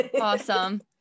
awesome